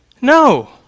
No